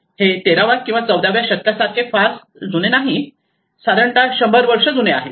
हे 13 व्या किंवा 14 व्या शतकासारखे फारसे जुने नाही साधारणतः 100 वर्ष जुने आहेत